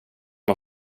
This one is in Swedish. man